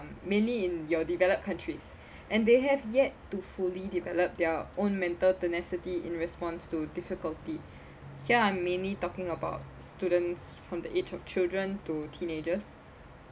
mainly in your developed countries and they have yet to fully develop their own mental tenacity in response to difficulty here I mainly talking about students from the age of children to teenagers